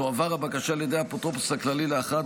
תועבר הבקשה על ידי האפוטרופוס הכללי להכרעת